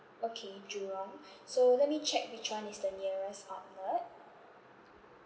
okay jurong so let me check which one is the nearest outlet